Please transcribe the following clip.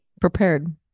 prepared